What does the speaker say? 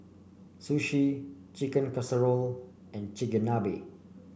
Sushi Chicken Casserole and Chigenabe